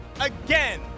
again